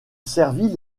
servit